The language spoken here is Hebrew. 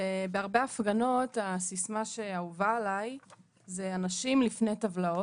בהרבה הפגנות הסיסמה שאהובה עליי היא "אנשים לפני טבלאות",